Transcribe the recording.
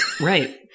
Right